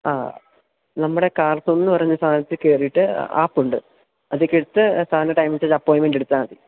ആ നമ്മുടെ കാർത്തുന്നു പറഞ്ഞ സ്ഥാപനത്തില് കയറിയിട്ട് ആപ്പുണ്ട് അതില് കയറിയിട്ട് സാറിൻ്റെ ടൈം ഇട്ട് അപ്പോയിൻമെൻറ്റെടുത്താല് മതി